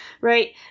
right